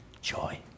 Joy